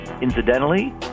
incidentally